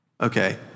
Okay